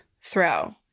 throw